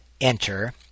enter